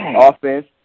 offense